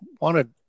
wanted